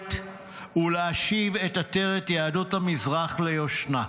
המסורת ולהשיב את עטרת יהדות המזרח ליושנה.